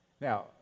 Now